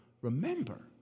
remember